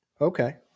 Okay